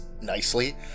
nicely